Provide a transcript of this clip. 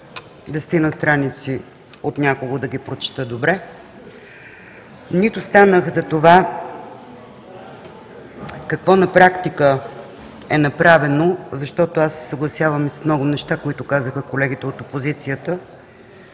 десетина страници от някого да ги прочета добре, нито станах за това какво на практика е направено, защото аз се съгласявам с много неща, които казаха колегите от опозицията,